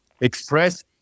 express